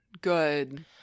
Good